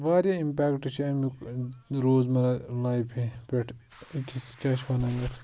واریاہ اِمپیکٹ چھِ اَمیُک روزمرہ لایفہِ پٮ۪ٹھ أکِس کیٛاہ چھِ ونان یَتھ